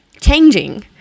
Changing